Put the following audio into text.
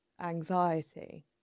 anxiety